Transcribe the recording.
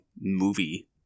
movie